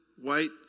white